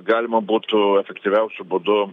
galima būtų efektyviausiu būdu